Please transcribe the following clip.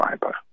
fiber